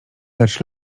lecz